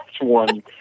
one